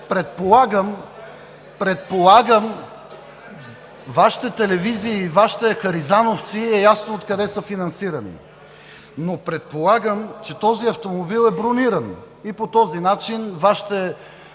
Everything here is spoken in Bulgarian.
телевизии…“) Вашите телевизии и Вашите харизановци е ясно откъде са финансирани, но предполагам, че този автомобил е брониран и по този начин